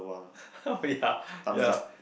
oh ya ya